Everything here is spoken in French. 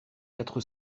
quatre